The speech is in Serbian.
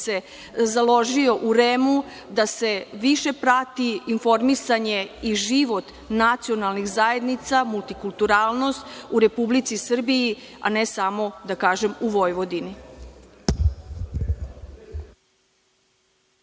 se založio u REM-u da se više prati informisanje i život nacionalnih zajednica, multikulturalnost u Republici Srbiji, a ne samo, da kažem, u Vojvodini.